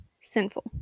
sinful